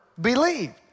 believed